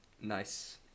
Nice